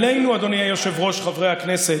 אדוני היושב-ראש, עלינו, חברי הכנסת,